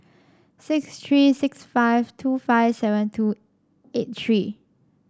six three six five two five seven two eight three